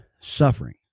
suffering